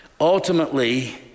Ultimately